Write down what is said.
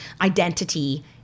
identity